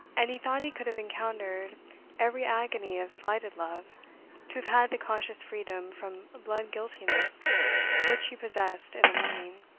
and he thought he could have encountered every agony of slighted love to have had the conscious freedom from blood-guiltiness which he possessed in the morning.